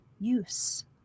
use